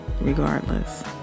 regardless